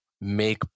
make